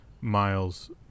Miles